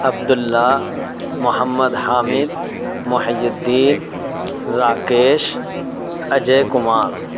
Abdullah Mohammed Hamid Mohiuddin Rakesh Ajay Kumar